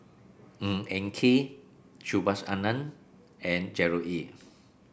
Ng Eng Kee Subhas Anandan and Gerard Ee